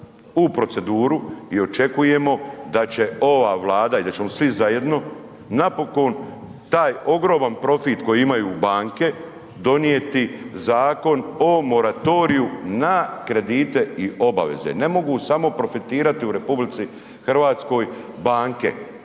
u proceduru i očekujemo da će ova Vlada i da ćemo svi zajedno napokon taj ogroman profit koji imaju banke donijeti Zakon o moratoriju na kredite i obaveze, ne mogu samo profitirati u RH banke